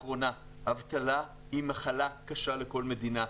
אבטלה היא מחלה קשה לכל מדינה.